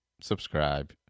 subscribe